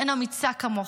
אין אמיצה כמוך.